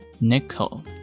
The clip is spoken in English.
Nickel